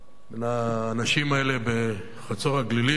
מן האנשים האלה בחצור-הגלילית,